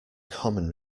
common